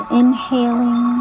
inhaling